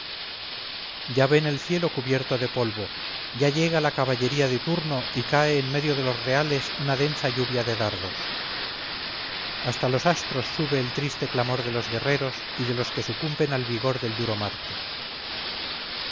ya ven el cielo cubierto de polvo ya llega la caballería de turno y cae en medio de los reales una densa lluvia de dardos hasta los astros sube el triste clamor de los guerreros y de los que sucumben al rigor del duro marte